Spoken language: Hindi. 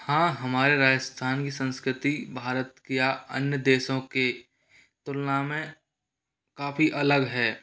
हाँ हमारे राजस्थान की संस्कृति भारत क्या अन्य देशों की तुलना में काफ़ी अलग है